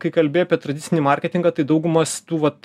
kai kalbi apie tradicinį marketingą tai daugumas tų vat